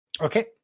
Okay